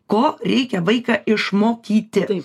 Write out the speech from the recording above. ko reikia vaiką išmokyti